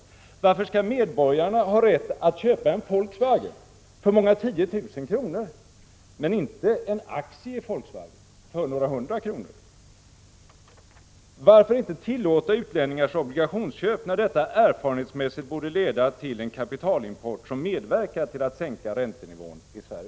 Varför skall en medborgare ha rätt att köpa en Volkswagen för många tiotusen kronor men inte en aktie i Volkswagen för några hundra kronor? Varför inte tillåta utlänningars obligationsköp, när detta erfarenhetsmässigt borde leda till en kapitalimport som medverkar till att sänka räntenivån i Sverige?